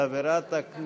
הצעת חוק התכנון